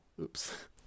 oops